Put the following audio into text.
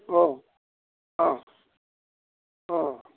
अ अ अ